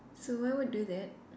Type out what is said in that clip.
so I would do that